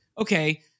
okay